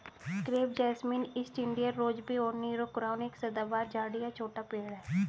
crepe jasmine, east India rosebay और Nero crown एक सदाबहार झाड़ी या छोटा पेड़ है